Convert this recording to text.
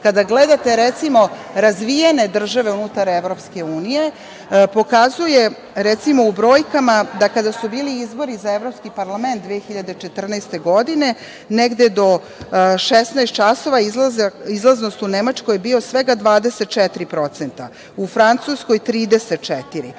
kada gledate razvijene države unutar EU, pokazuje, recimo, u brojkama da je, kada su bili izbori za Evropski parlament 2014. godine, negde do 16 časova, izlaznost u Nemačkoj bila svega 24%, u Francuskoj 34%,